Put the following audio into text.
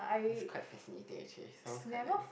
that's quite fascinating actually sounds quite nice